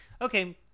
okay